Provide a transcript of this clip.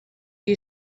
you